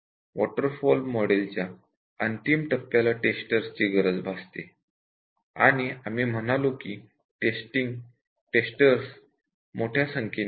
water fall मॉडेलच्या अंतिम टप्प्याला टेस्टर्सं ची गरज भासते आणि आम्ही म्हणालो की टेस्टर्सं ची संख्या मोठी असते